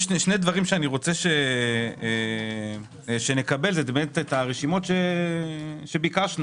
שני דברים שאני רוצה שנקבל את הרשימות שביקשנו,